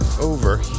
over